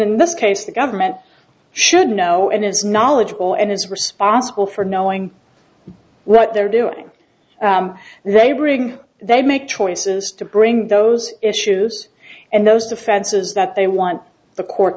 in this case the government should know and is knowledgeable and is responsible for knowing well they're doing they ring they make choices to bring those issues and those defenses that they want the court